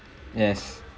yes